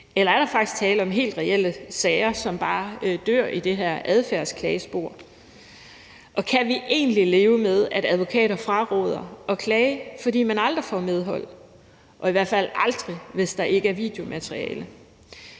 eller er der faktisk tale om helt reelle sager, som bare dør i det her adfærdsklagespor? Og kan vi egentlig leve med, at advokater fraråder at klage, fordi man aldrig får medhold og i hvert fald aldrig, hvis der ikke er videomateriale?